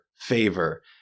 favor